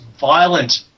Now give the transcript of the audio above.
violent